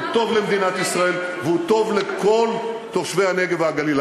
הוא טוב למדינת ישראל והוא טוב לכל תושבי הנגב והגליל.